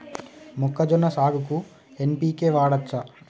మొక్కజొన్న సాగుకు ఎన్.పి.కే వాడచ్చా?